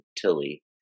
Tilly